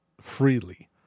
freely